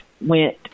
went